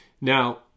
Now